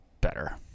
better